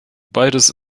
beides